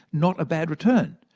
not a bad return!